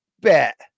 bet